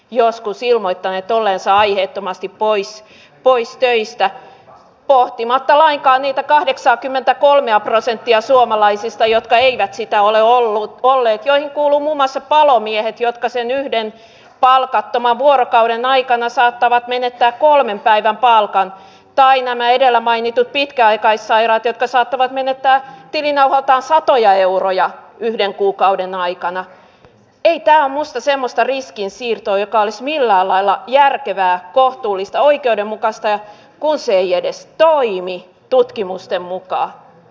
joskus ilmoittaneet olleensa aiheettomasti pois pois töistä pohtimatta lainkaan niitä kahdeksankymmentäkolmea prosenttia suomalaisista jotka eivät sitä ole ollut puoleen ja jouluhuumassa palomiehet jotka sen yhden palkattoman vuorokauden aikana saattavat menettää kolmen päivän palkan tai nämä edellä mainitut pitkäaikaissairaat jotka saattavat menettää tilinauhaltaan satoja euroja yhden kuukauden aikana ja kehittää musta semmoista riskinsiirtoa joka olis millään lailla järkevää kohtuullista oikeudenmukaista ja kun se ei edes naimi tutkimusten muka